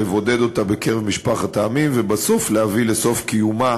לבודד אותה בקרב משפחת העמים ובסוף להביא לסוף קיומה